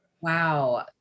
Wow